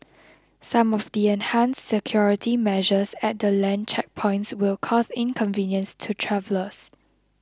some of the enhanced security measures at the land checkpoints will cause inconvenience to travellers